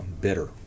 bitter